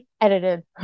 edited